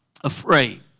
afraid